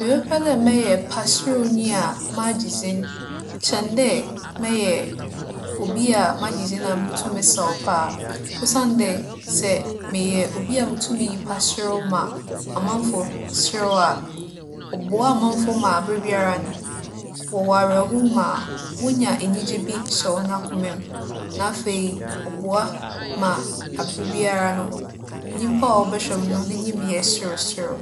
Mebɛpɛ dɛ mɛyɛ paserewnyi a magye dzin kyɛn dɛ mɛyɛ obi a magye dzin a mutum mesaw paa. Osiandɛ, sɛ meyɛ obi a mutum miyi paserew ma amamfo serew a, ͻboa amamfo ma aberbiara no, wͻwͻ awerɛhow mu a, wonya enyigye bi hyɛ hͻn akoma mu. Na afei, ͻboa ma aberbiara no, nyimpa a ͻbͻhwɛ me no n'enyim yɛ serewserew.